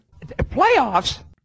playoffs